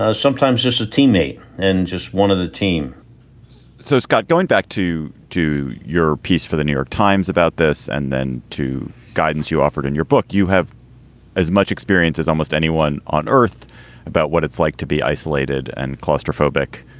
sometimes just a teammate. and just one of the team so, scott, going back to to your piece for the new york times about this and then to guidance, you offered in your book, you have as much experience as almost anyone on earth about what it's like to be isolated and claustrophobic.